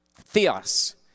theos